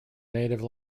native